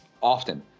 often